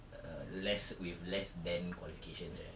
err less with less than qualifications right